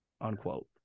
Unquote